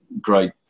great